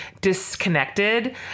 disconnected